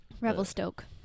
Revelstoke